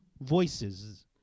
voices